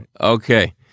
Okay